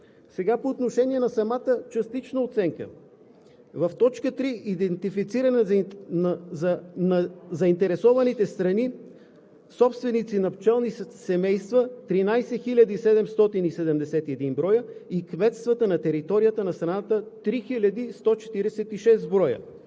съвет. По отношение на самата частична оценка. В т. 3 – „Идентифициране на заинтересованите страни, собственици на пчелни семейства“ – 13 771 броя, и кметствата на територията на страната – 3146 броя.